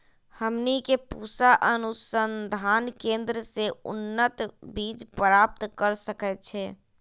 हमनी के पूसा अनुसंधान केंद्र से उन्नत बीज प्राप्त कर सकैछे?